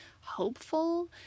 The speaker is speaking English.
hopeful